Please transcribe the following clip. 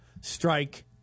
Strike